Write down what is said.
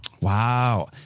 Wow